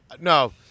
no